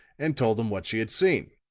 and told him what she had seen.